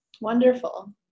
Wonderful